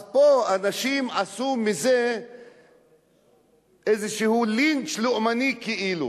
אז פה אנשים עשו מזה איזשהו לינץ' לאומני כאילו,